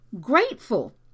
grateful